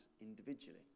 individually